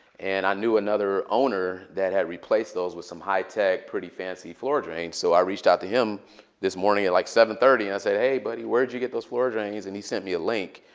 and i knew another owner that had replaced those with some high-tech, pretty fancy floor drains. so i reached out to him this morning at like seven thirty and said, hey buddy, where did you get those floor drains? and he sent me a link.